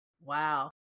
Wow